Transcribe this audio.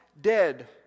dead